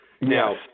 Now